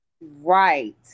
Right